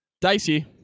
Dicey